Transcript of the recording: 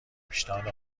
پیشنهاد